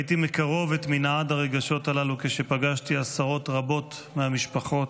ראיתי מקרוב את מנעד הרגשות הללו כשפגשתי עשרות רבות מהמשפחות,